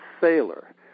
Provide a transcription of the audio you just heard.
sailor